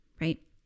right